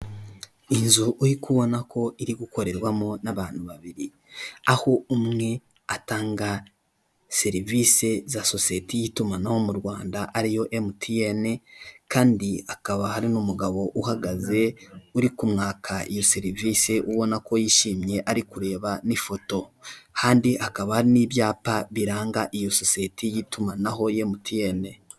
Inzu uri kubona ko iri gukorerwamo n'abantu babiri, aho umwe atanga serivise za sosiyete y'itumanaho mu Rwanda ariyo emutiyene, kandi hakaba hari n'umugabo uhagaze uri kumwaka iyo serivise ubona ko yishimye ari kureba n'ifoto kandi hakaba hari n'ibyapa biranga iyo sosiyete y'itumanaho ya emutiyene.